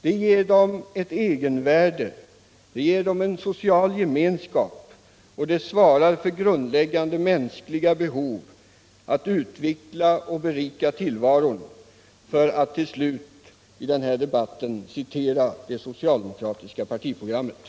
Det ger dem — för att till slut åberopa det socialdemokratiska partiprogrammet — ett egenvärde och en social gemenskap, och det svarar mot grundläggande mänskliga behov av att utveckla och berika tillvaron.